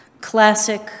classic